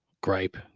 gripe